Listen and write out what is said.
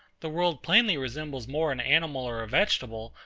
the world plainly resembles more an animal or a vegetable,